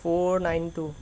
four nine two